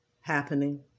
happening